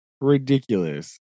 ridiculous